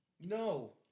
No